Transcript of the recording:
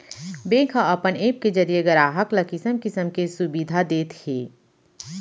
bank ह अपन app के जरिये गराहक ल किसम किसम के सुबिधा देत हे